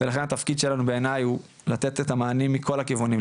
ולכן התפקיד שלנו בעיניי הוא לתת את המענים מכל הכיוונים,